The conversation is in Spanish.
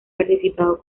participado